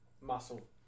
Muscle